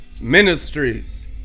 ministries